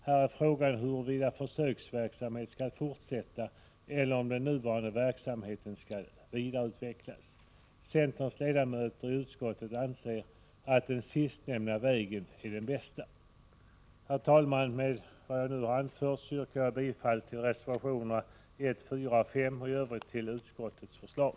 Här är frågan huruvida en försöksverksamhet skall fortsätta eller om den nuvarande verksamheten skall vidareutvecklas. Centerns ledamöter i utskottet anser att den sistnämnda vägen är den bästa. Herr talman! Med vad jag nu anfört yrkar jag bifall till reservationerna 1, 4 och 5 och i övrigt till utskottets förslag.